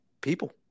people